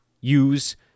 use